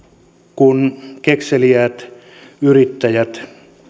kun kekseliäät yrittäjät